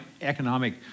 economic